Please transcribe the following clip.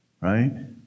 Right